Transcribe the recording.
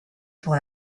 pour